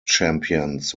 champions